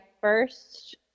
first